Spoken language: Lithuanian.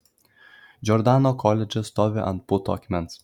džordano koledžas stovi ant putų akmens